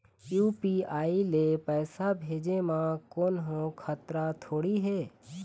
UPI ले पैसे भेजे म कोन्हो खतरा थोड़ी हे?